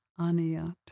Aniyat